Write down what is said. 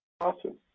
awesome